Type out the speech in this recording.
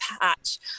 patch